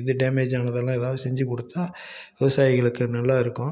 இது டேமேஜ் ஆனதெல்லாம் செஞ்சு கொடுத்தா விவசாயிகளுக்கு நல்லா இருக்கும்